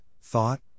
thought